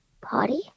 party